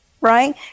right